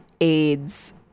AIDS